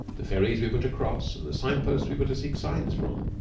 the ferries we were to cross, and the sign-posts we were to seek signs from.